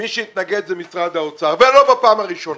ומי שהתנגד, זה משרד האוצר ולא בפעם הראשונה.